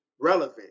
relevant